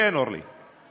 כן, אורלי.